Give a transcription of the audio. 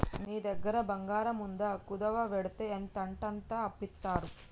నీ దగ్గర బంగారముందా, కుదువవెడ్తే ఎంతంటంత అప్పిత్తరు